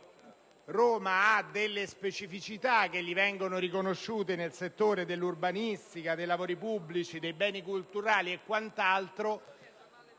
Roma ha delle specificità, che le vengono riconosciute, nel settore dell'urbanistica, dei lavori pubblici, dei beni culturali e quant'altro.